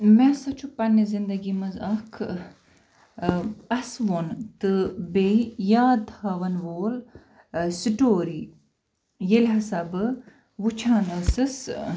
مےٚ ہَسا چھُ پنٛنہِ زِندَگی منٛز اَکھ اَسوُن تہٕ بیٚیہِ یاد تھاوان وول سٹوری ییٚلہِ ہَسا بہٕ وٕچھان ٲسٕس